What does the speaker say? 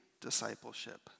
discipleship